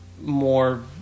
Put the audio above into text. more